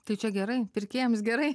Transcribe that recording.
tai čia gerai pirkėjams gerai